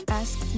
ask